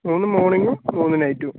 മൂന്നു മോർണിംഗും മൂന്നു നൈറ്റും